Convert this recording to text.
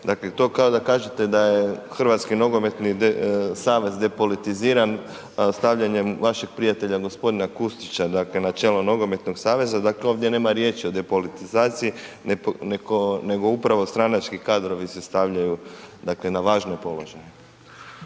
dakle to kao da kažete da je Hrvatski nogometni savez depolitiziran stavljanjem vašeg prijatelja gospodina Kustića dakle na čelo nogometnog saveza. Dakle, ovdje nema riječi o depolitizaciji nego upravo stranački kadrovi se stavljaju dakle na važne položaje.